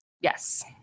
Yes